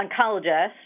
oncologist